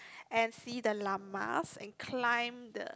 and see the llamas and climb the